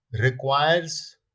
requires